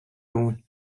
اون